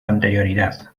anterioridad